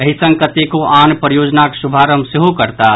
एहि संग कतेको आन परियोजनाक शुभारंभ सेहो करताह